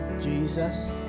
Jesus